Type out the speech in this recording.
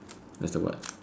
as the what